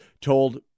told